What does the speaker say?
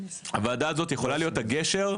אני בעצמי עליתי לפני 23 שנה,